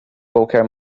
qualquer